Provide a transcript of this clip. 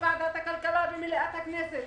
בוועדת הכלכלה ובמליאת הכנסת.